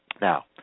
Now